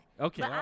Okay